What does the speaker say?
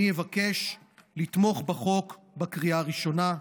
אני אבקש לתמוך בחוק בקריאה הראשונה.